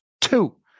Two